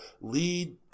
lead